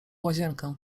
łazienkę